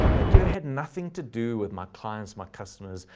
that year had nothing to do with my clients, my customers,